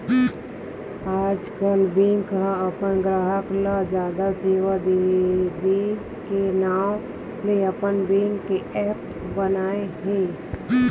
आजकल बेंक ह अपन गराहक ल जादा सेवा दे के नांव ले अपन बेंक के ऐप्स बनाए हे